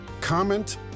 comment